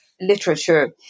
literature